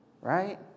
right